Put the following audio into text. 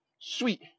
sweet